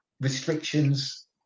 restrictions